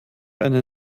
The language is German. eine